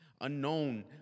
Unknown